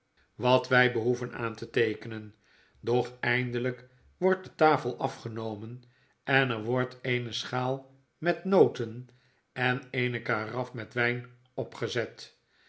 wat wy behoeven aan te teekenen doch eindelyk wordt de tafel afgenomen en er wordt eene schaal met noten en eene karaf met wyn opgezet